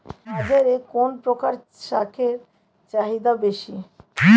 বাজারে কোন প্রকার শাকের চাহিদা বেশী?